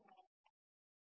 x